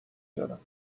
زنم